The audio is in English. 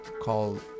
called